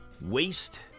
waste